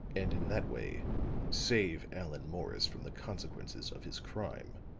and in that way save allan morris from the consequences of his crime,